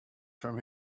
from